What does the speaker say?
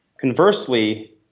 Conversely